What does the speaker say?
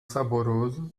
saboroso